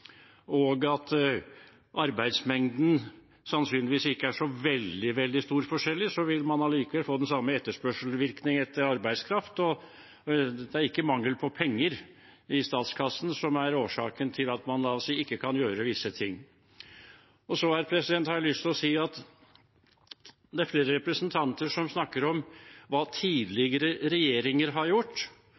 og det er sannsynligvis ikke så veldig stor forskjell i arbeidsmengden. Man vil få den samme etterspørsel etter arbeidskraft, og det er ikke mangel på penger i statskassen som er årsaken til at man ikke kan gjøre det. Det er flere representanter som snakker om hva tidligere regjeringer har gjort, og hva partier i tidligere stortingsperioder har gjort. Da har jeg lyst til å